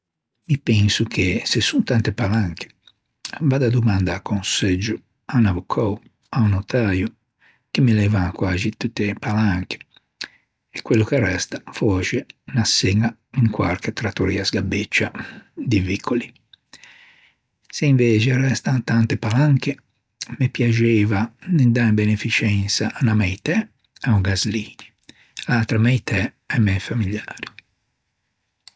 Mi penso che se son tante palanche vaggo à domandâ conseggio à un avvocou, à un notäio che me levan quæxi tutte e palanche e quello ch'arresta, fòscia, unna çeña in quarche trattoria sgabeccia di vicoli. Se invexe arrestan tante palanche me piaxeiva dâ in beneficensa a meitæ a-o Gaslini e l'atra meitæ a-i mæ familiari.